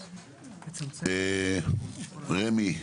רמ"י,